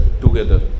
together